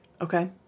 Okay